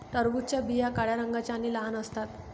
टरबूजाच्या बिया काळ्या रंगाच्या आणि लहान असतात